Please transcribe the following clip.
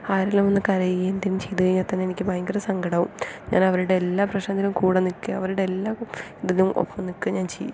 ആരെങ്കിലും വന്ന് കരയുകയും എന്തേലും ചെയ്ത് കഴിഞ്ഞാൽ തന്നെ എനിക്ക് ഭയങ്കര സങ്കടം ആവും ഞാൻ അവരുടെ എല്ലാ പ്രശ്നത്തിനും കൂടെ നിൽക്കുകയും അവരുടെ എല്ലാം ഒപ്പം നിൽക്കുകയും ഞാൻ ചെയ്യും